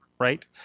Right